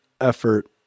effort